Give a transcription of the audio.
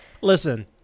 listen